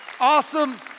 Awesome